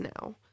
now